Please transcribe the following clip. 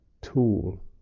tool